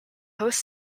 host